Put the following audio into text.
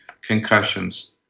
concussions